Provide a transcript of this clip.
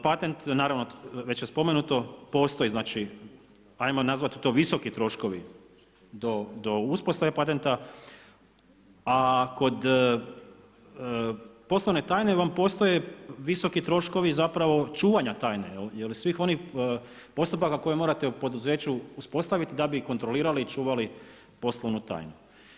Patent, već je spomenuto, postoji, ajmo nazvati to visoki troškovi do uspostave patenta, a kod poslovne tajne vam postoje visoki troškovi zapravo čuvanja tajne, svih onih postupaka koje morate u poduzeću uspostaviti da bi kontrolirali i čuvali poslovnu tajnu.